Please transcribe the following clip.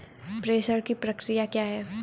प्रेषण की प्रक्रिया क्या है?